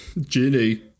Ginny